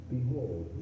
Behold